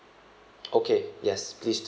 okay yes please do